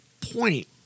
point